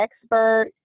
expert